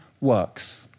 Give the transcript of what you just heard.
works